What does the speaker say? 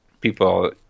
people